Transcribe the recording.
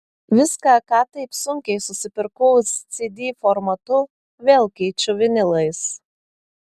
viską ką taip sunkiai susipirkau cd formatu vėl keičiu vinilais